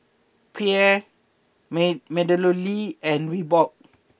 Perrier may MeadowLea and Reebok